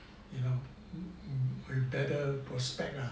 with with better prospects ah